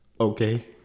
Okay